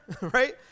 right